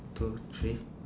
two three